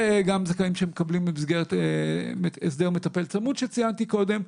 וגם זכאים שמקבלים במסגרת הסדר מטפל צמוד שציינתי קודם,